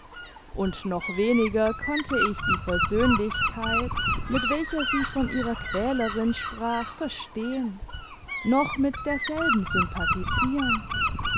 und noch weniger konnte ich die versöhnlichkeit mit welcher sie von ihrer quälerin sprach verstehen noch mit derselben